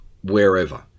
wherever